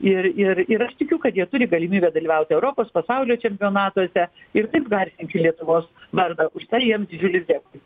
ir ir ir aš tikiu kad jie turi galimybę dalyvauti europos pasaulio čempionatuose ir taip garsinti lietuvos vardą už tai jiems didžiulis dėkui